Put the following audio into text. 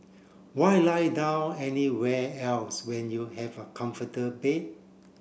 why lie down anywhere else when you have a comforted bed